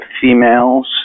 females